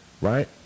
right